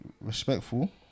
respectful